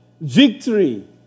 Victory